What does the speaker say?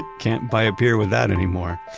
can't buy a beer with that anymore